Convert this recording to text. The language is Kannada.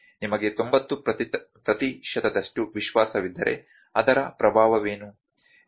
ನಿಮಗೆ 90 ಪ್ರತಿಶತದಷ್ಟು ವಿಶ್ವಾಸವಿದ್ದರೆ ಅದರ ಪ್ರಭಾವವೇನು